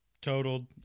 totaled